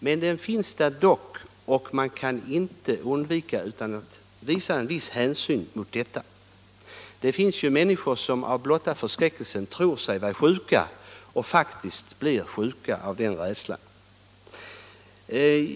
Men den finns där, och man kan inte underlåta att ta hänsyn till den. Det finns människor som av blotta förskräckelsen tror sig vara sjuka och som faktiskt blir sjuka av den rädslan.